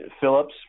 Phillips